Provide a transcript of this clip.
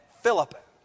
Philip